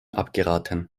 abgeraten